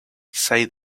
said